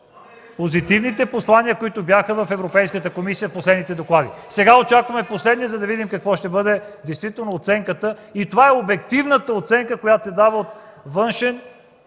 позитивните послания, които бяха в Европейската комисия – последните доклади. Сега очакваме последния, за да видим каква ще бъде действително оценката. Това е обективната оценка, която се дава от външен